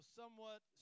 somewhat